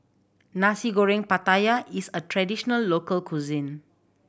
Nasi Goreng Pattaya is a traditional local cuisine